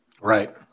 Right